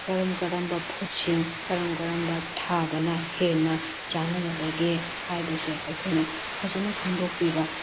ꯀꯔꯝ ꯀꯔꯝꯕ ꯐꯨꯠꯁꯤꯡ ꯀꯔꯝ ꯀꯔꯝꯕ ꯊꯥꯕꯅ ꯍꯦꯟꯅ ꯆꯅꯒꯗꯒꯦ ꯍꯥꯏꯕꯁꯦ ꯑꯩꯈꯣꯏꯅ ꯐꯖꯅ ꯈꯡꯗꯣꯛꯄꯤꯕ